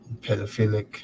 Pedophilic